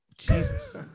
Jesus